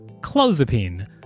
clozapine